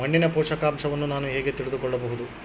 ಮಣ್ಣಿನ ಪೋಷಕಾಂಶವನ್ನು ನಾನು ಹೇಗೆ ತಿಳಿದುಕೊಳ್ಳಬಹುದು?